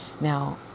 now